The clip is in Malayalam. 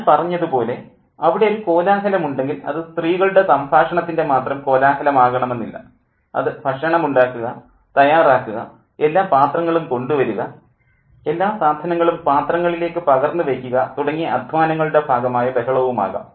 ഞാൻ പറഞ്ഞതുപോലെ അവിടെ ഒരു കോലാഹലം ഉണ്ടെങ്കിൽ അത് സ്ത്രീകളുടെ സംഭാഷണത്തിൻ്റെ മാത്രം കോലാഹലമാകണമെന്നില്ല അത് ഭക്ഷണം ഉണ്ടാക്കുക തയ്യാറാക്കുക എല്ലാ പാത്രങ്ങളും കൊണ്ടുവരിക എല്ലാ സാധനങ്ങളും പാത്രങ്ങളിലേക്ക് പകർന്നു വയ്ക്കുക തുടങ്ങിയ അദ്ധ്വാനങ്ങളുടെ ഭാഗമായ ബഹളവുമാകാം